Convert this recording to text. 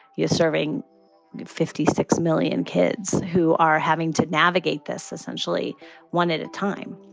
you're serving fifty six million kids who are having to navigate this, essentially one at a time